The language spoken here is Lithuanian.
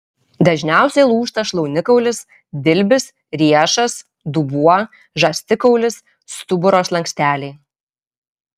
dažniausiai lūžta šlaunikaulis dilbis riešas dubuo žastikaulis stuburo slanksteliai